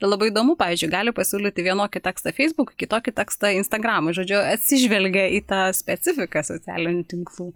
labai įdomu pavyzdžiui gali pasiūlyti vienokį tekstą feisbukui kitokį tekstą instagramui žodžiu atsižvelgia į tą specifiką socialinių tinklų